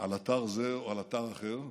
על אתר זה או על אתר אחר.